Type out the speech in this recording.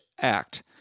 Act